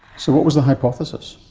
so what was the hypothesis?